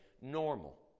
Normal